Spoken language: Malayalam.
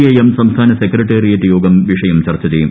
ഐ എം സംസ്ഥാന സെക്രട്ടറിയേറ്റ് യോഗം വിഷയം ചർച്ച ചെയ്യും